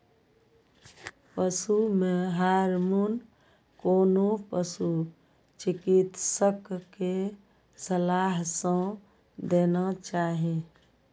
पशु मे हार्मोन कोनो पशु चिकित्सक के सलाह सं देना चाही